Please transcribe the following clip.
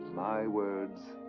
my words.